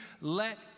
let